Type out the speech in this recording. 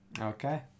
Okay